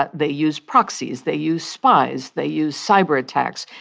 ah they use proxies. they use spies. they use cyberattacks.